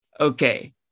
okay